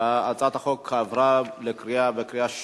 הצעת החוק עברה בקריאה שנייה.